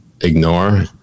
ignore